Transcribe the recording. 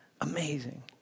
amazing